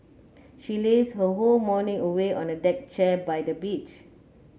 she lazed her whole morning away on a deck chair by the beach